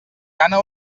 gana